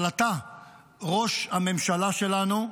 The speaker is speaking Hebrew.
אבל אתה ראש הממשלה שלנו,